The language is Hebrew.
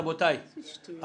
רבותיי,